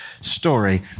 story